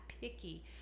picky